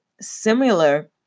similar